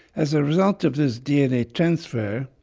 as a result of this dna transfer,